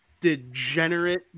degenerate